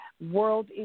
world